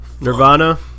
Nirvana